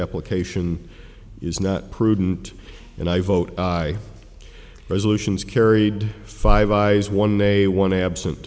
application is not prudent and i vote resolutions carried five eyes one day one absent